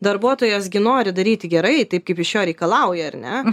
darbuotojas gi nori daryti gerai taip kaip iš jo reikalauja ar ne